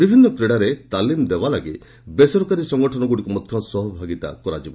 ବିଭିନ୍ନ କ୍ରୀଡାରେ ତାଲିମ ଦେବା ପାଇଁ ବେସରକାରୀ ସଂଗଠନଗୁଡିକୁ ମଧ୍ୟ ସହଭାଗିତା କରାଯିବ